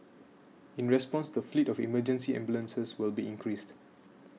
in response the fleet of emergency ambulances will be increased